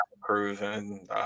cruising